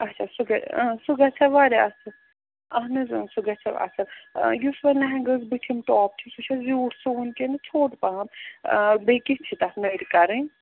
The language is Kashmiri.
اچھا اچھا سُہ گَژھِ سُہ گَژھِ ہہ واریاہ اصل اہن حظ سُہ گَژھیو اصل یُس وۄنۍ لہنگاہس بٕتھِم ٹاپ چھُ سُہ چھِ زیوٗٹھ سُوُن کِنہٕ ژھوٚٹ پہم بیٚیہِ کِتھ چھِ تتھ نٔرۍ کَرنۍ